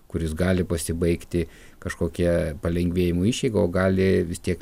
kuris gali pasibaigti kažkokia palengvėjimo išeiga o gali vis tiek